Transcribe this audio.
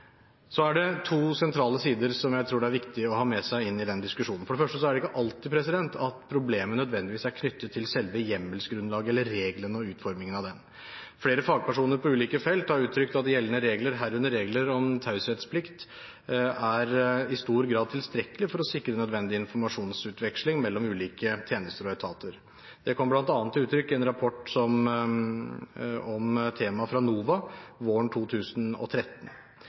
Så er det to sentrale sider som jeg tror det er viktig å ha med seg inn i den diskusjonen. For det første er det ikke alltid at problemet nødvendigvis er knyttet til selve hjemmelsgrunnlaget eller reglene og utformingen av dem. Flere fagpersoner på ulike felt har uttrykt at gjeldende regler, herunder regler om taushetsplikt, i stor grad er tilstrekkelig for å sikre nødvendig informasjonsutveksling mellom ulike tjenester og etater. Det kom bl.a. til uttrykk i en rapport om temaet fra NOVA våren 2013.